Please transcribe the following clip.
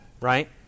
right